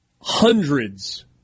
hundreds